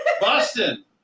Boston